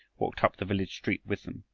walked up the village street with them,